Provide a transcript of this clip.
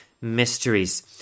mysteries